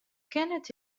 كانت